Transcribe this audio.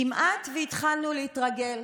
כמעט התחלנו להתרגל,